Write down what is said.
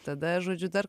tada žodžiu dar